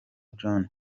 john